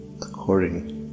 according